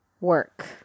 work